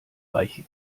weiche